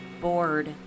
bored